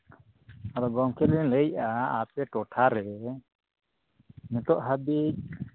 ᱟᱫᱚ ᱜᱚᱢᱠᱮ ᱞᱤᱧ ᱞᱟᱹᱭᱮᱜᱼᱟ ᱟᱯᱮ ᱴᱚᱴᱷᱟ ᱨᱮ ᱱᱤᱛᱳᱜ ᱦᱟᱹᱵᱤᱡ